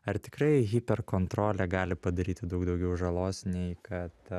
ar tikrai hiper kontrolė gali padaryti daug daugiau žalos nei kad